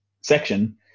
section